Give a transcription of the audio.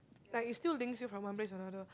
like it still links you from one place to another